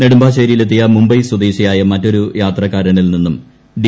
നെടുമ്പാശ്ശേരിയിലെത്തിയ മുംബൈ സ്വദേശിയായ മറ്റൊരു യാത്രക്കാരനിൽ നിന്നും ഡി